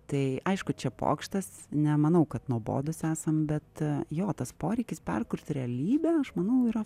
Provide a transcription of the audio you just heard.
tai aišku čia pokštas nemanau kad nuobodūs esam bet jo tas poreikis perkurti realybę aš manau yra